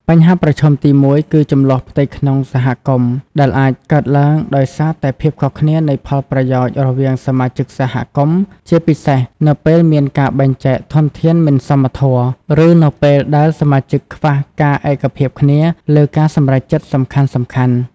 បញ្ហាប្រឈមទីមួយគឺ ជម្លោះផ្ទៃក្នុងសហគមន៍ ដែលអាចកើតឡើងដោយសារតែភាពខុសគ្នានៃផលប្រយោជន៍រវាងសមាជិកសហគមន៍ ជាពិសេសនៅពេលមានការបែងចែកធនធានមិនសមធម៌ ឬនៅពេលដែលសមាជិកខ្វះការឯកភាពគ្នាលើការសម្រេចចិត្តសំខាន់ៗ។